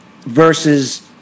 versus